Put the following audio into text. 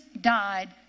died